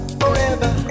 forever